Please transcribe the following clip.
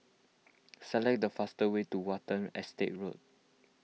select the fastest way to Watten Estate Road